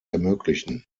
ermöglichen